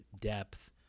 depth